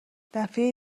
دفعه